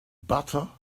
butter